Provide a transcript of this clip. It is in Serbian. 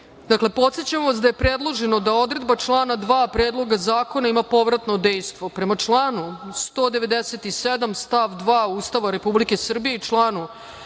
člana 2.Podsećam vas da je predloženo da odredba člana 2. Predloga zakona ima povratno dejstvo. Prema članu 197. stav 2. Ustava Republike Srbije i članu